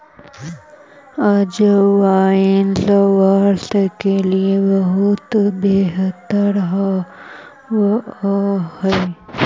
अजवाइन स्वास्थ्य के लिए बहुत बेहतर होवअ हई